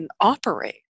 operate